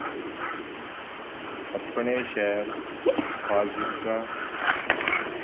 ਸ਼ਿਲਪਕਾਰੀ ਪੁਰਾਣੇ ਸਮਿਆਂ ਤੋਂ